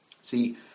See